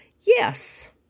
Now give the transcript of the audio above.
Yes